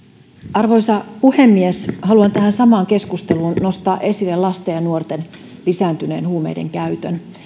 arvoisa puhemies haluan tähän samaan keskusteluun nostaa esille lasten ja nuorten lisääntyneen huumeidenkäytön